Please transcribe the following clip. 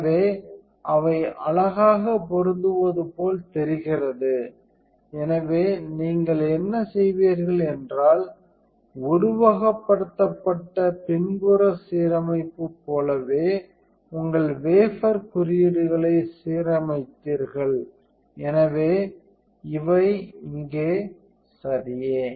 எனவே அவை அழகாக பொருந்துவது போல் தெரிகிறது எனவே நீங்கள் என்ன செய்வீர்கள் என்றால் உருவகப்படுத்தப்பட்ட பின்புற சீரமைப்பு போலவே உங்கள் வேபர் குறியீடுகளை சீரமைத்தீர்கள் எனவே இவை இங்கே சரியே